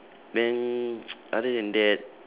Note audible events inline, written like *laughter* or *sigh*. then *noise* other than that